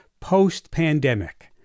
post-pandemic